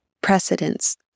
precedence